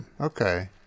Okay